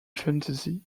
fantasy